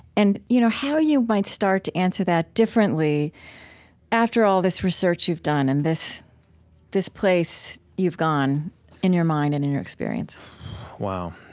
and you know how you might start to answer that differently after all this research you've done and this this place you've gone in your mind and in your experience wow.